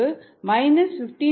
8 17